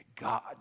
God